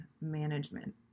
management